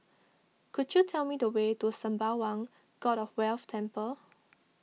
could you tell me the way to Sembawang God of Wealth Temple